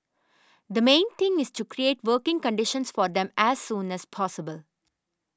the main thing is to create working conditions for them as soon as possible